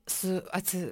su atsi